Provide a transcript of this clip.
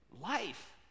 life